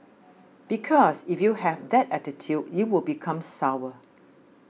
because if you have that attitude you will become sour